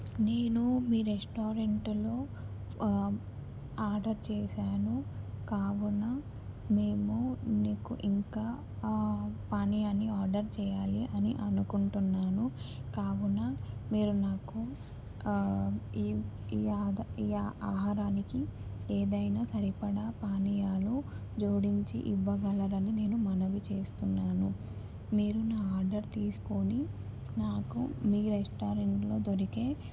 నేను మీ రెస్టారెంటులో ఆర్డర్ చేశాను కావున మేము నీకు ఇంకా పానీయాన్నీ ఆర్డర్ చెయ్యాలి అని అనుకుంటున్నాను కావున మీరు నాకు ఈ ఈ ఆధ ఈ ఆహారానికి ఏదైనా సరిపడా పానీయాలు జోడించి ఇవ్వగలరని నేను మనవి చేస్తున్నాను మీరు నా ఆర్డర్ తీసుకోని నాకు మీ రెస్టారెంట్లో దొరికే